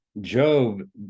Job